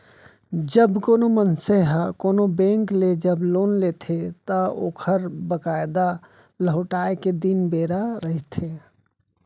जब कोनो मनसे ह कोनो बेंक ले जब लोन लेथे त ओखर बकायदा लहुटाय के दिन बेरा रहिथे